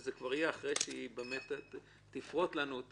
זה יהיה כבר אחרי שהיא תפרוט לנו את